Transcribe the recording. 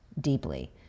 deeply